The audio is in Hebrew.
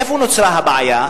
איפה נוצרה הבעיה?